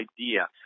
idea